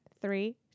Three